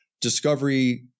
discovery